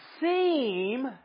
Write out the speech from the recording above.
seem